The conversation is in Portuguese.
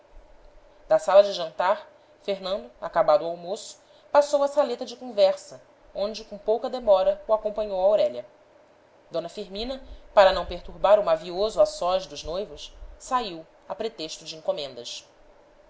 da sala de jantar fernando acabado o almoço passou à saleta de conversa onde com pouca demora o acompanhou aurélia d firmina para não perturbar o mavioso a sós dos noivos saiu a pretexto de encomendas